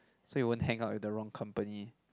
so you won't hang out with the wrong company